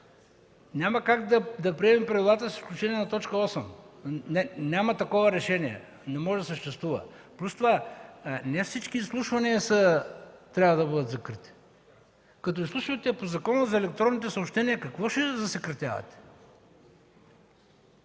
няма как да приемем правилата, с изключение на точка 8 – няма такова решение, не може да съществува. Плюс това, не всички изслушвания трябва да бъдат закрити. Като изслушвате по Закона за електронните съобщения, какво ще засекретявате?